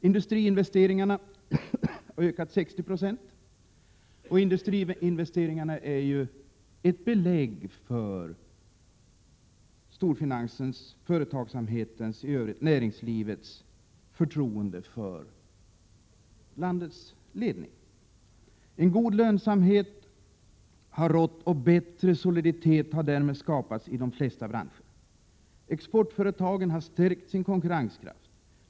Industriinvesteringarna har ökat med 60 96, och industriinvesteringarna är ju ett belägg för storfinansens och övriga företagsamhetens, näringslivets, förtroende för landets ledning. En god lönsamhet har rått, och bättre soliditet har därmed skapats i de flesta branscher. Exportföretagen har stärkt sin konkurrenskraft.